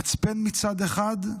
מצפן מצד אחד,